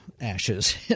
Ashes